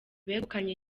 begukanye